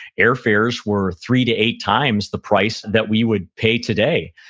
airfares were three to eight times the price that we would pay today.